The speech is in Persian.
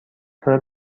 داره